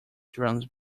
drums